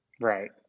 Right